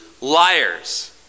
liars